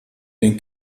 den